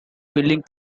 feelings